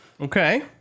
Okay